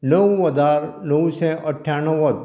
णव हजार णवशे अठ्ठ्या णव्वद